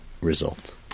result